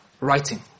writing